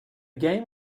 game